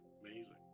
Amazing